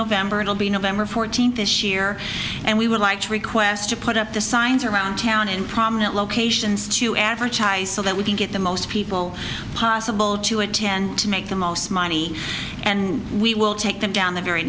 november it will be november fourteenth this year and we would like to request to put up the signs around town in prominent locations to advertise so that we can get the most people possible to attend to make the most money and we will take them down the very